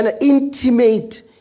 intimate